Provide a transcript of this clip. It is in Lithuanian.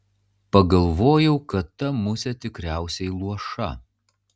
pagalvojau kad ta musė tikriausiai luoša